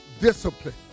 Discipline